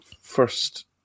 first